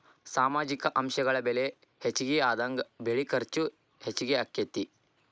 ಸಾಮಾಜಿಕ ಅಂಶಗಳ ಬೆಲೆ ಹೆಚಗಿ ಆದಂಗ ಬೆಳಿ ಖರ್ಚು ಜಾಸ್ತಿ ಅಕ್ಕತಿ